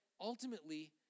ultimately